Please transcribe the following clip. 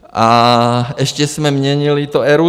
A ještě jsme měnili to RUD.